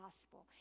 gospel